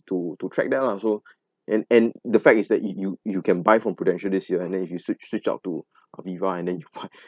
to to track down lah so and and the fact is that you you you can buy from Prudential this year and then if you should switch switch out to Aviva and then you buy